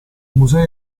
museo